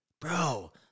Bro